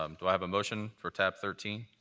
um do i have a motion for tab thirteen?